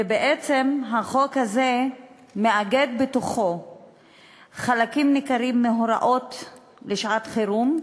ובעצם החוק הזה מאגד בתוכו חלקים ניכרים מהוראות לשעת-חירום,